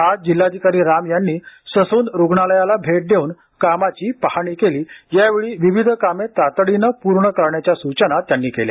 आज जिल्हाधिकारी राम यांनी ससून रुग्णालयाला भेट देऊन कामाची पहाणी केली यावेळी विविध कामे तातडीने पूर्ण करण्याच्या सूचना त्यांनी केल्या